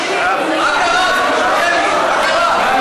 אז ביקשו שמית.